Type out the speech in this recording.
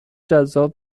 جذاب